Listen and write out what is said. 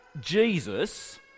Jesus